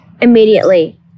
Immediately